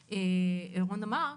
הכנסת רון אמר,